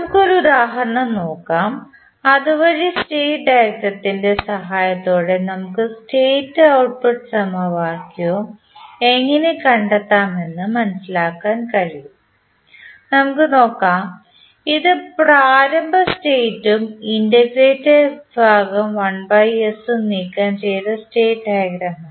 നമുക്ക് ഒരു ഉദാഹരണം നോക്കാം അതുവഴി സ്റ്റേറ്റ് ഡയഗ്രത്തിൻറെ സഹായത്തോടെ നമുക്ക് സ്റ്റേറ്റ് ഔട്ട്പുട്ട് സമവാക്യവും എങ്ങനെ കണ്ടെത്താമെന്ന് മനസിലാക്കാൻ കഴിയും നമുക്ക് നോക്കാം ഇത് പ്രാരംഭ സ്റ്റേറ്റ് ഉം ഇന്റഗ്രേറ്റർ വിഭാഗം 1s ഉം നീക്കം ചെയ്ത സ്റ്റേറ്റ് ഡയഗ്രമാണ് ആണ്